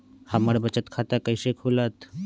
हमर बचत खाता कैसे खुलत?